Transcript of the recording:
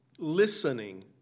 listening